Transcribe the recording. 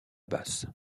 basse